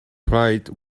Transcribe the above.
flight